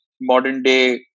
modern-day